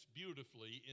beautifully